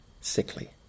sickly